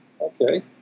okay